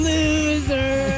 Loser